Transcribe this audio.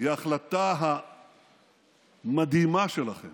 היא ההחלטה המדהימה שלכם